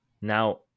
now